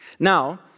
Now